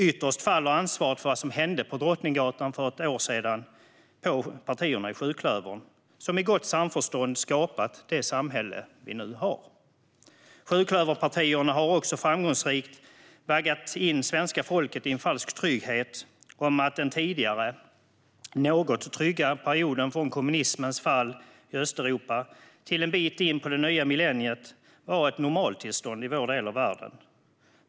Ytterst faller ansvaret för vad som hände på Drottninggatan för ett år sedan på partierna i sjuklövern, som i gott samförstånd skapat det samhälle vi nu har. Sjuklöverpartierna har också framgångsrikt vaggat in svenska folket i en falsk trygghet om att den tidigare något tryggare perioden från kommunismens fall i Östeuropa till en bit in på det nya millenniet var ett normaltillstånd i vår del av världen.